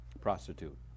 Prostitute